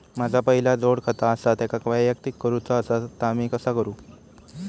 माझा पहिला जोडखाता आसा त्याका वैयक्तिक करूचा असा ता मी कसा करू?